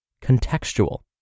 contextual